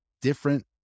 different